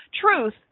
truth